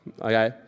Okay